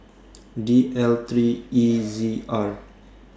D L three E Z R